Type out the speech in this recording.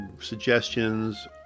suggestions